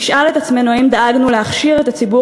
נשאל את עצמנו אם דאגנו להכשיר את הציבור